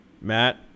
Matt